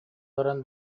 баран